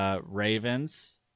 Ravens